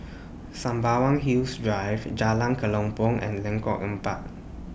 Sembawang Hills Drive Jalan Kelempong and Lengkok Empat